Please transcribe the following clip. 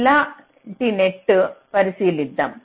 ఇలాంటి నెట్ను పరిశీలిద్దాం